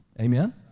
Amen